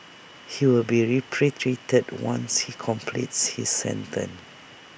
he will be repatriated once he completes his sentence